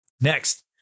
Next